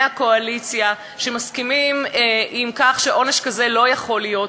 מהקואליציה שמסכימים שעונש כזה לא יכול להיות,